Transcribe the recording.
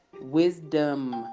wisdom